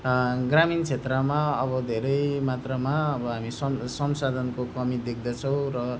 ग्रामीण क्षेत्रमा अब धेरै मात्रामा अब हामी सं संसाधनको कमी देख्दछौँ र